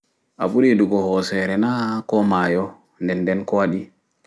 A ɓuri yiɗugo hoosere naa ko maayo nɗen nɗen kowaɗi